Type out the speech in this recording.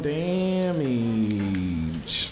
damage